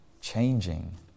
changing